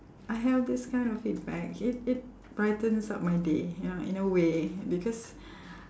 I have this kind of feedback it it brightens up my day you know in a way because